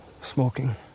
Smoking